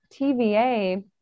TVA